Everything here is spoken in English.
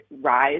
rise